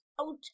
out